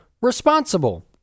responsible